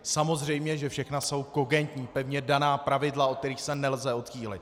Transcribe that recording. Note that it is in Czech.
Samozřejmě že všechna jsou kogentní, pevně daná pravidla, od kterých se nelze odchýlit.